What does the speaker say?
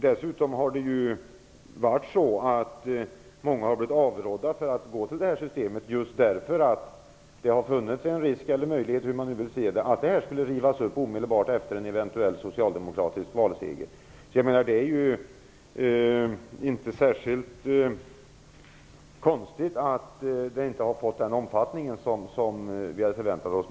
Dels har många blivit avrådda från att gå över till det här systemet därför att det har funnits en risk eller möjlighet - hur man nu vill se det - att beslutet skulle rivas upp omedelbart efter en socialdemokratisk valseger. Det är därför inte så konstigt att det inte har fått den omfattning som vi hade väntat oss.